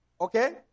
Okay